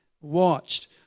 watched